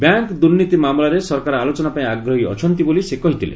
bank ଦୂର୍ନୀତି ମାମଲାରେ ସରକାର ଆଲୋଚନା ପାଇଁ ଆଗ୍ରହୀ ଅଛନ୍ତି ବୋଲି ସେ କହିଥିଲେ